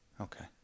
Okay